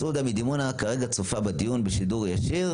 מסעודה מדימונה כרגע צופה בדיון בשידור ישיר